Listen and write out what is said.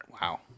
wow